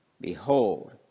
Behold